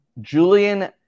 Julian